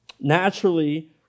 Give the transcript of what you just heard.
Naturally